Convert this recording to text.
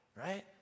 right